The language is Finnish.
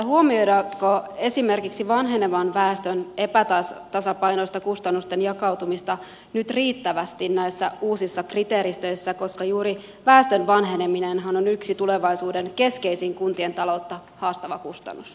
huomioidaanko esimerkiksi vanhenevan väestön epätasapainoista kustannusten jakautumista nyt riittävästi näissä uusissa kriteeristöissä koska juuri väestön vanheneminenhan on yksi tulevaisuuden keskeisin kuntien taloutta haastava kustannus